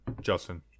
Justin